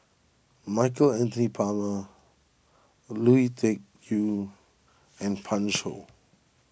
Michael Anthony Palmer Lui Tuck Yew and Pan Shou